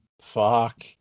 Fuck